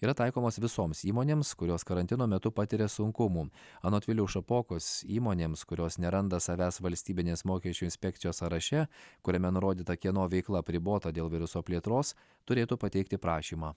yra taikomos visoms įmonėms kurios karantino metu patiria sunkumų anot viliaus šapokos įmonėms kurios neranda savęs valstybinės mokesčių inspekcijos sąraše kuriame nurodyta kieno veikla apribota dėl viruso plėtros turėtų pateikti prašymą